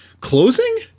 Closing